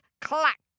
clack